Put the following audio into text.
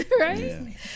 right